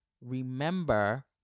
Remember